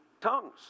tongues